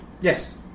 Yes